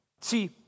See